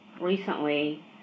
recently